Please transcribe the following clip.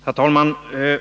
Herr talman!